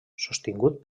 sostingut